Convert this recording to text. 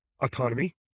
autonomy